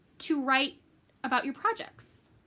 to write about your projects.